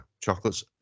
chocolates